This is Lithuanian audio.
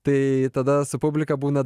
tai tada su publika būna